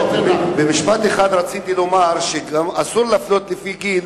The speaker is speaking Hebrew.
במשפט אחד רציתי לומר שאסור להפלות לפי גיל.